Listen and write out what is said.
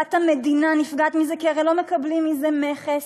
קופת המדינה נפגעת מזה, כי הרי לא מקבלים מזה מכס.